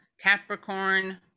Capricorn